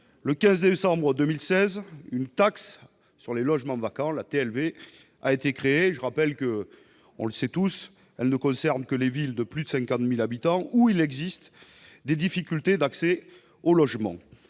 Le 15 décembre 2016, une taxe sur les logements vacants, la TLV, a été créée. Je rappelle qu'elle ne concerne que les villes de plus de 50 000 habitants où existent des difficultés d'accès au logement.